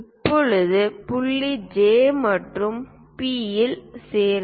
இப்போது புள்ளி J மற்றும் P இல் சேருங்கள்